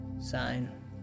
sign